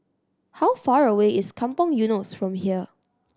how far away is Kampong Eunos from here